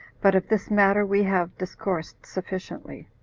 but of this matter we have discoursed sufficiently.